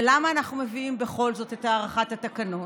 ולמה אנחנו מביאים בכל זאת את הארכת התקנות?